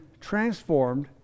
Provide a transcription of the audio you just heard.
transformed